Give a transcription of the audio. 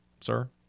sir